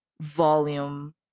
volume